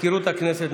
מזכירת הכנסת,